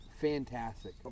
Fantastic